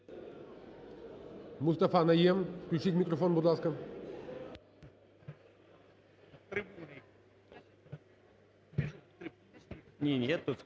Мустафа Найєм. Включіть мікрофон, будь ласка.